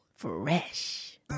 Fresh